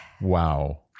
Wow